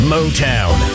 Motown